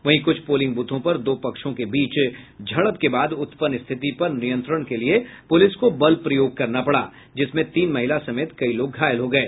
वहीं कुछ पोलिंग ब्रथों पर दो पक्षों के बीच झड़प के बाद उत्पन्न स्थिति पर नियंत्रण के लिए पुलिस को बल प्रयोग करना पड़ा जिसमें तीन महिला समेत कई लोग घायल हो गये